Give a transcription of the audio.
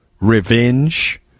revenge